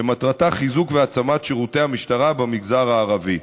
שמטרתה חיזוק והעצמת שירותי המשטרה במגזר הערבי.